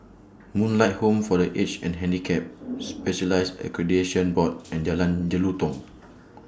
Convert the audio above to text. Moonlight Home For The Aged and Handicapped Specialists Accreditation Board and Jalan Jelutong